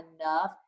enough